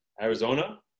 Arizona